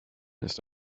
ist